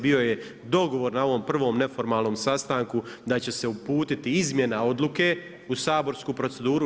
Bio je dogovor na ovom prvom neformalnom sastanku da će se uputiti izmjena odluke u saborsku proceduru.